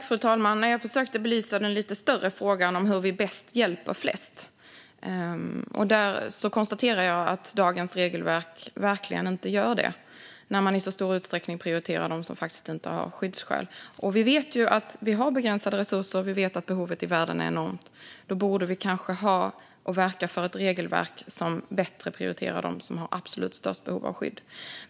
Fru talman! Jag försökte att belysa den lite större frågan hur vi bäst hjälper flest. Då konstaterade jag att dagens regelverk verkligen inte gör detta när man i så stor utsträckning prioriterar dem som faktiskt inte har skyddsskäl. Vi vet ju att vi har begränsade resurser och att behovet i världen är enormt. Då borde vi kanske ha och verka för ett regelverk som bättre prioriterar dem som har absolut störst behov av skydd.